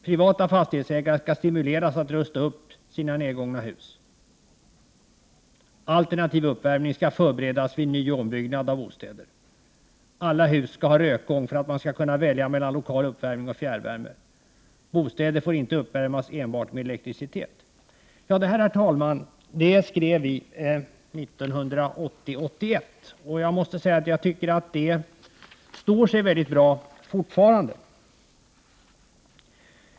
Privata fastighetsägare ska stimuleras att rusta upp sina nedgångna hus. 21 Alternativ uppvärmning ska förberedas vid nyoch ombyggnad av bostäder. Alla hus ska ha rökgång för att man ska kunna välja mellan lokal uppvärmning och fjärrvärme. Bostäder får inte uppvärmas enbart med elektricitet.” Herr talman! Det här skrev vi 1980/81. Jag tycker att det står sig väldigt bra fortfarande.